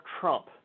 Trump